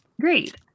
Great